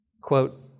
Quote